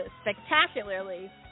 spectacularly